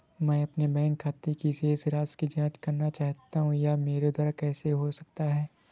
मैं अपने बैंक खाते की शेष राशि की जाँच करना चाहता हूँ यह मेरे द्वारा कैसे हो सकता है?